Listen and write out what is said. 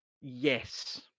Yes